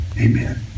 Amen